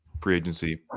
pre-agency